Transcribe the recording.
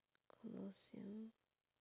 colosseum